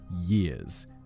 years